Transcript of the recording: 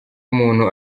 umuntu